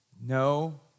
No